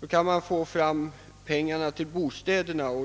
Nu kan man få fram pengar till bostadsbyggandet.